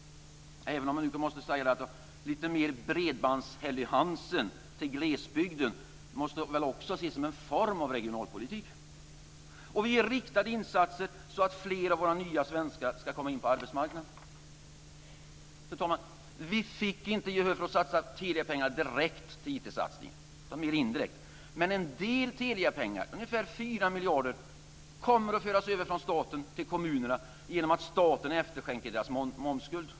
Även om jag måste säga att lite mer bredbands-Helly Hansen till glesbygden också måste ses som en form av regionalpolitik. Och vi gör riktade insatser så att fler av våra nya svenskar ska komma in på arbetsmarknaden. Fru talman! Vi fick inte gehör för att satsa Teliapengar direkt på IT, utan mer indirekt. Men en del Teliapengar, ungefär 4 miljarder, kommer att föras över från staten till kommunerna genom att staten efterskänker deras momsskuld.